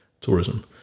tourism